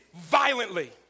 violently